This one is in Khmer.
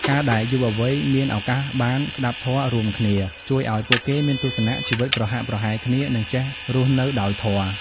ការដែលយុវវ័យមានឱកាសបាន "ស្ដាប់ធម៌" រួមគ្នា ជួយឱ្យពួកគេមានទស្សនៈជីវិតប្រហាក់ប្រហែលគ្នា និងចេះរស់នៅដោយធម៌។